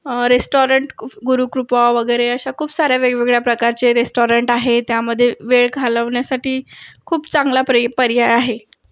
restaurant कुप गुरुकृपा वगैरे अशा खूप साऱ्या वेगवेगळ्या प्रकारचे रेस्टॉरंट आहे त्यामध्ये वेळ घालवण्यासाठी खूप चांगला प्रे पर्याय आहे